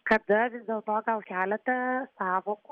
kada vis dėlto gal keletą sąvokų